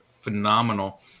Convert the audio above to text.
phenomenal